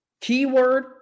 Keyword